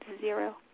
zero